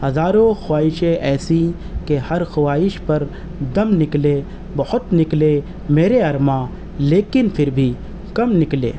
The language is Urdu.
ہزاروں خواہشیں ایسی کہ ہر خواہش پر دمل نکلے بہت نکلے میرے ارماں لیکن پھر بھی کم نکلے